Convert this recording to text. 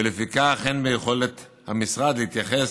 ולפיכך אין ביכולת המשרד להתייחס